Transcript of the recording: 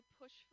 push